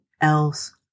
else